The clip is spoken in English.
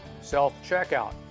Self-checkout